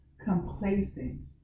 complacent